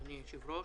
אדוני היושב-ראש.